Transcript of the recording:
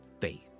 faith